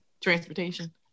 transportation